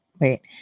Wait